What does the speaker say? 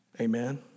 Amen